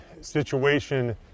situation